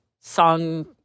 song